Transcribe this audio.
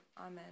Amen